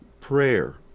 prayer